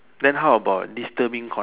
then how about disturbing con~